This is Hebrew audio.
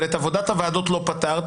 אבל את עבודת הוועדות לא פתרת,